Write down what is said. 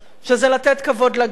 שזה לתת כבוד לגר.